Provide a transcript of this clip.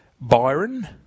Byron